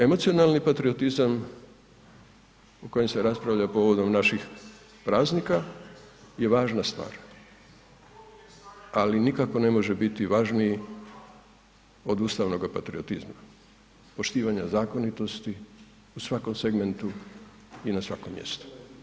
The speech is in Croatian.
Emocionalni patriotizam o kojem se raspravlja povodom naših razlika je važna stvar, ali nikako ne može biti važniji od ustavnoga patriotizma, poštivanja zakonitosti u svakom segmentu i na svakom mjestu.